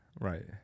Right